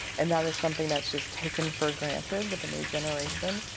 and that is something that just taken for granted with the new generation.